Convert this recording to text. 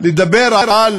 לדבר על